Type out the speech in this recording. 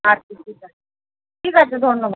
আচ্ছা ঠিক আছে ঠিক আছে ধন্যবাদ